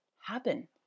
happen